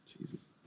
Jesus